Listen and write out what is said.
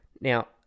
Now